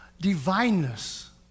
divineness